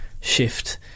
shift